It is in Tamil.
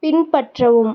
பின்பற்றவும்